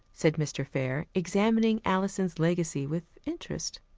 said mr. fair, examining alison's legacy with interest.